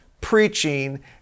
preaching